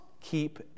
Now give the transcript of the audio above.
keep